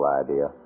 idea